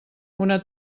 una